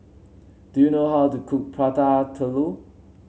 do you know how to cook Prata Telur